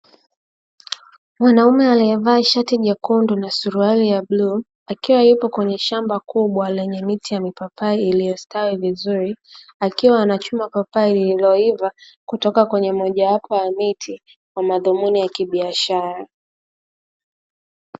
Mwanaume aliyevaa shati jekundu na suruali ya bluu, akiwa yupo kwenye shamba kubwa lenye miti ya mipapai ililiyostawi vizuri, akiwa anachuma papai lililoiva kutoka kwenye moja wapo ya miti kwa madhumuni ya kibiashara.